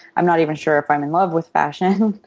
i'm not even sure if i'm in love with fashion.